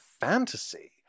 fantasy